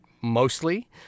mostly